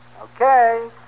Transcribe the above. Okay